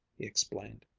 he explained.